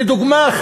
לדוגמה,